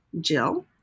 Jill